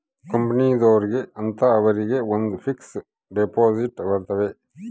ಕಂಪನಿದೊರ್ಗೆ ಅಂತ ಅವರಿಗ ಒಂದ್ ಫಿಕ್ಸ್ ದೆಪೊಸಿಟ್ ಬರತವ